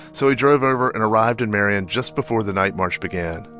so we drove over and arrived in marion just before the night march began.